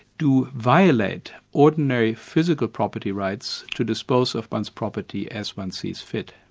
do violate ordinary physical property rights to dispose of one's property as one sees fit.